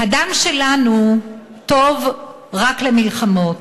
"הדם שלנו טוב רק למלחמות",